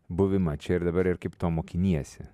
buvimą čia ir dabar ir kaip to mokiniesi